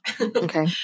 Okay